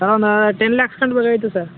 ten lakhs ಬೇಕಾಗಿತ್ತು sir